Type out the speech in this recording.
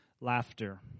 laughter